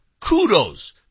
Kudos